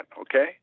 okay